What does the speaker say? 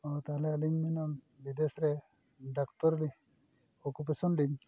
ᱚᱱᱟᱛᱮ ᱟᱹᱞᱤᱧ ᱵᱤᱫᱮᱥ ᱨᱮ ᱰᱟᱠᱛᱚᱨ ᱚᱠᱳᱯᱮᱥᱮᱱ ᱞᱤᱧ